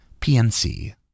PNC